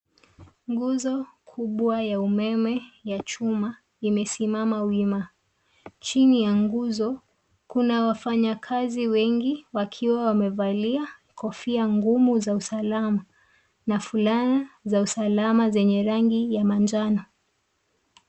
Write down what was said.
Nguzo kubwa ya umeme ya chuma imesimama wima. Chini ya nguzo, kuna wafanyakazi wengi wakiwa wamevalia kofia ngumu za usalama na fulaya za usalama zenye rangi ya manjano.